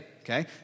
okay